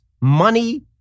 money